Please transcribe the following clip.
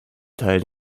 teil